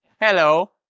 Hello